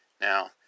Now